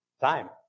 Time